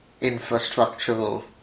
infrastructural